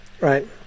right